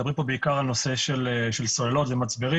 שמדברים כאן בעיקר על סוללות ומצברים.